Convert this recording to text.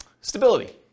stability